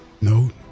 No